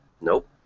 Nope